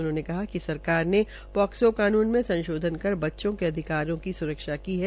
उन्होंने कहा कि सरकार ने पोसको कानून में संशोधन कर बच्चों के अधिकारों की सूरक्षा की है